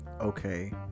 Okay